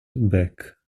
back